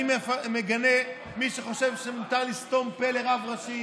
אני מגנה מי שחושב שמותר לסתום פה לרב ראשי,